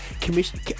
commission